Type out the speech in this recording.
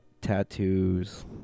tattoos